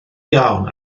iawn